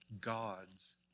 gods